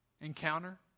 encounter